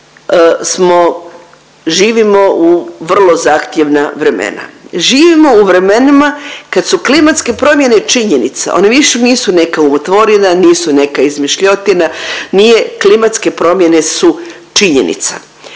živimo u vrlo zahtjevna vremena. Živimo u vremenima kad su klimatske promjene činjenica, one više nisu neka umotvorina, nisu neka izmišljotina, nije klimatske promjene su činjenica.